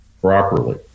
properly